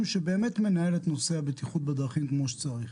שבאמת מנהל את נושא הבטיחות בדרכים כמו שצריך,